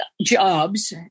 jobs